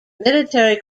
military